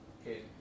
Okay